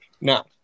Now